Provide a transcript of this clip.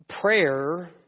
Prayer